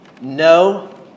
No